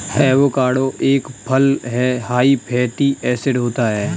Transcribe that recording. avocado एक फल हैं हाई फैटी एसिड होता है